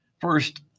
First